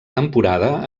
temporada